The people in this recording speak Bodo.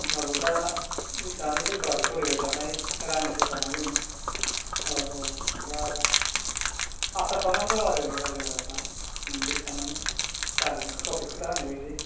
होनबाबो दा बे दानि सोरखार सोलिबाय थानाय रानिं सोरखारनाव जों औ औ दा आसा खालामनानै दं आरो जों रायजो राजाफ्रा मोनगोन साननानै जागोनखौ गावसोर खोथा होनायबायदि